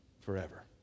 forever